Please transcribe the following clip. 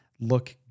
look